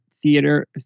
theater